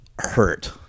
hurt